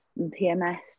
PMS